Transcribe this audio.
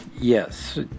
yes